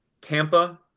Tampa